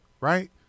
right